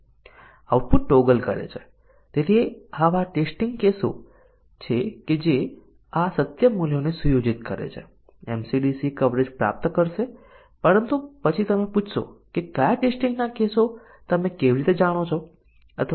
જો આપણે તે એપ્લિકેશંસનું ટેસ્ટીંગ કરવું છે અને અમને ફક્ત એક અભિવ્યક્તિ તપાસવા માટે 220 ટેસ્ટીંગ ના કેસો અથવા 230 ટેસ્ટીંગ ના કેસોની જરૂર છે કારણ કે પ્રોગ્રામમાં આવા ડઝનેક વાક્યો હોઈ શકે છે